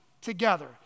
together